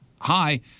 Hi